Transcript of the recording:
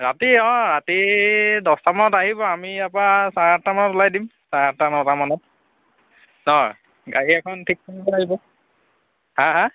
ৰাতি অঁ ৰাতি দহটা মানত আহিব আমি ইয়াৰ পৰা চাৰে আঠটা মানত ওলাই দিম চাৰে আঠটা নটা মানত অঁ গাড়ী এখন ঠিক কৰিব লাগিব হাঁ হাঁ